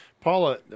Paula